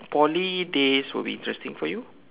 Poly days would be interesting for you